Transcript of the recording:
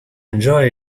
enjoy